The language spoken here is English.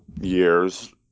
years